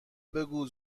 بگو